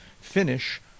finish